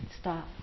stop